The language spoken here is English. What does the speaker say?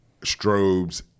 strobes